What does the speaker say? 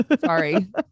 Sorry